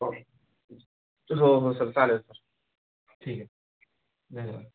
हो हो हो सर चालेल सर ठीक आहे धन्यवाद